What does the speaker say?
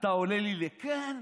אתה עולה לי לכאן,